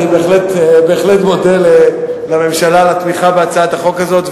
אני בהחלט מודה לממשלה על התמיכה בהצעת החוק הזאת.